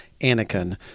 Anakin